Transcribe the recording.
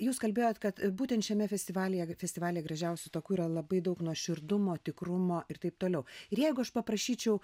jūs kalbėjot kad būtent šiame festivalyje festivalyje gražiausiu taku yra labai daug nuoširdumo tikrumo ir taip toliau ir jeigu aš paprašyčiau